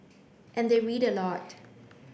and they read a lot